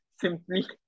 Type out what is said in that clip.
simply